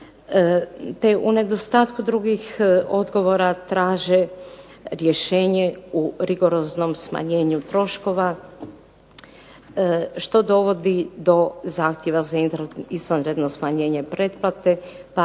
u nedostatku drugih odgovora traže rješenje u rigoroznom smanjenju troškova, što dovodi do zahtjeva za izvanredno smanjenje pretplate, pa